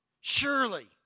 surely